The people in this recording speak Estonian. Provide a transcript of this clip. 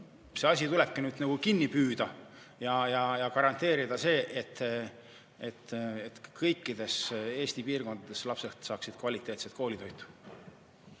see tulebki nüüd nagu kinni püüda ja garanteerida, et kõikides Eesti piirkondades lapsed saavad kvaliteetset koolitoitu.